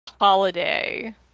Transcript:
holiday